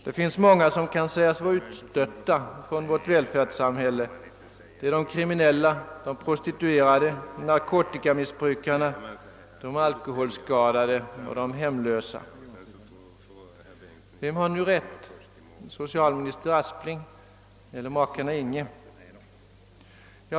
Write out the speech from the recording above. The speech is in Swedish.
Det finns många som kan sägas vara utstötta från vårt välfärdssamhälle. Det är de kriminella, de prostituerade, narkotikamissbrukarna, de alkoholskadade och de hemlösa. Vem har nu rätt, socialminister Aspling eller makarna Inghe?